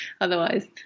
otherwise